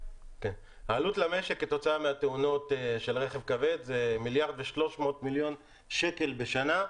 העלות למשק כתוצאה מהתאונות של רכב כבד היא 1.3 מיליארד שקלים בשנה,